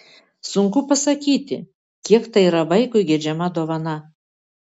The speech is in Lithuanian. sunku pasakyti kiek tai yra vaikui geidžiama dovana